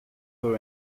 for